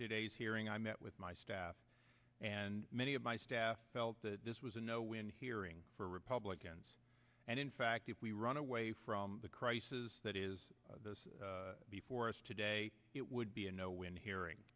is hearing i met with my staff and many of my staff felt that this was a no when hearing for republicans and in fact if we run away from the crisis that is before us today it would be a no win hearing